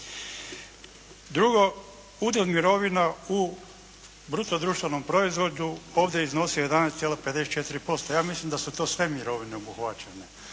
Drugo, udjel mirovina u bruto društvenom proizvodu ovdje je iznosio 11,54%. Ja mislim da su to sve mirovine obuhvaćene.